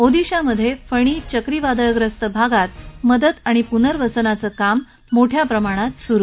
ओदिशामधे फणी चक्रीवादळ ग्रस्त भागात मदत आणि पुर्नवसनाचं काम मोठया प्रमाणात सुरु